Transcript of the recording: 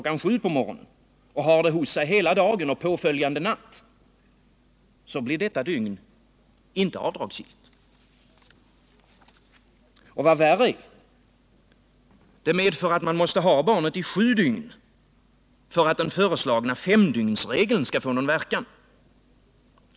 07.00 på morgonen och har det hos sig hela dagen och påföljande natt, så får ändå inte avdrag göras för detta dygn. Vad värre är — det medför att man måste ha barnet i sju dygn för att den föreslagna femdygnsregeln skall få någon verkan.